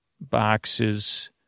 boxes